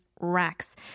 Racks